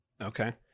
Okay